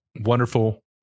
wonderful